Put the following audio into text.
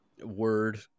word